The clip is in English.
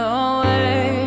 away